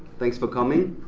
thanks for coming.